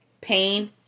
pain